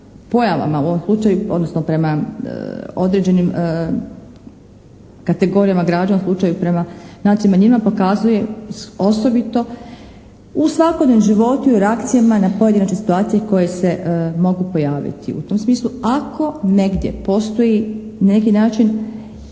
pojavama u ovom slučaju, odnosno prema određenim kategorijama građana u slučaju prema nacionalnim manjinama pokazuje osobito u svakodnevnom životu i u reakcijama na pojedinačne situacije koje se mogu pojaviti. u tom smislu ako negdje postoji na neki način